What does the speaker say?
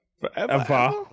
Forever